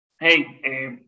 hey